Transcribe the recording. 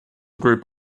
group